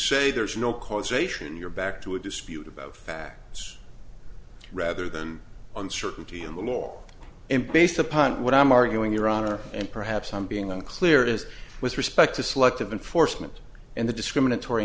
say there's no causation you're back to a dispute about facts rather than on certainty and the law and based upon what i'm arguing your honor and perhaps i'm being unclear is with respect to selective enforcement and the discriminatory